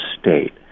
state